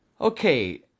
Okay